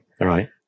Right